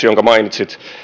jonka mainitsitte